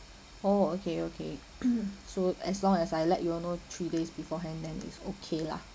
oh okay okay so as long as I let you all know three days beforehand then it's okay lah